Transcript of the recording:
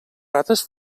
rates